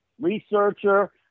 researcher